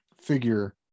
figure